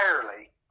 entirely